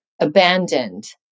abandoned